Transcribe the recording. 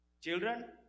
children